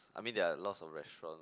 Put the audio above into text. I mean there are lots of restaurant